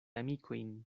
amikojn